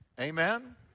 Amen